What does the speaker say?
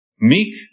Meek